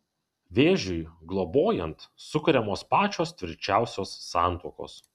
vėžiui globojant sukuriamos pačios tvirčiausios santuokos